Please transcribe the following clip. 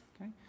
okay